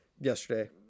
yesterday